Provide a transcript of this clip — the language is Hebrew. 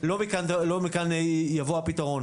לא מכאן יבוא הפתרון.